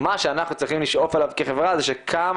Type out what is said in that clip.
מה שאנחנו צריכים לשאוף אליו כחברה זה שכמה